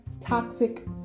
toxic